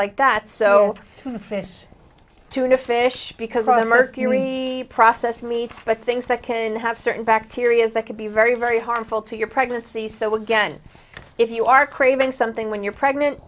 like that so fish tuna fish because of the mercury processed meats but things that can have certain bacteria that could be very very harmful to your pregnancy so again if you are craving something when you're pregnant